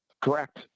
Correct